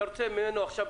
אתה רוצה ממנו עכשיו,